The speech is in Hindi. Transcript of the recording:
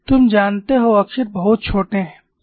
तुम जानते हो अक्षर बहुत छोटे हैं